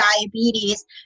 diabetes